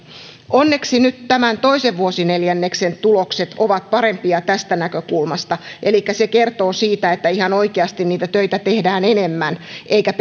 onneksi nyt tämän toisen vuosineljänneksen tulokset ovat parempia tästä näkökulmasta elikkä se kertoo siitä että ihan oikeasti niitä töitä tehdään enemmän eikä